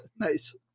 nice